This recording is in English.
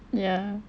ya